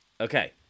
Okay